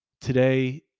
today